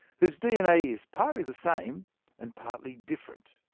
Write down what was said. whose dna is partly the same and partly different.